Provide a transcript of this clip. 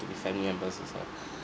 to be family members also